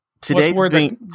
today's